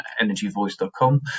energyvoice.com